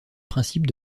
principe